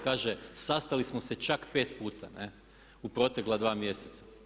Kaže, sastali smo se čak pet puta u protekla dva mjeseca.